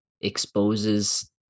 exposes